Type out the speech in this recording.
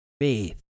faith